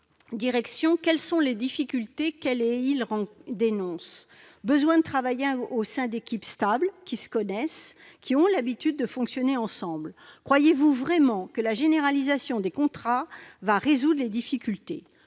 direction -, ils nous font part de leur besoin de travailler au sein d'équipes stables, qui se connaissent et qui ont l'habitude de fonctionner ensemble. Croyez-vous vraiment que la généralisation des contrats résoudra les difficultés ?